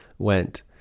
went